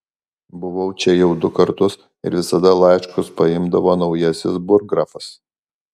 buvau čia jau du kartus ir visada laiškus paimdavo naujasis burggrafas